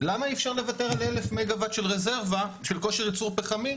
למה אי אפשר לוותר על 1,000 מגה וואט של כושר ייצור פחמי